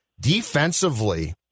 defensively